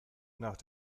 nach